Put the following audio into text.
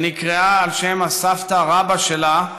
ונקראה על שם הסבתא רבתא שלה,